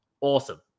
awesome